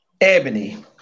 Ebony